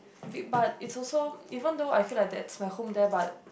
big but is also even though I feel that that's my home there but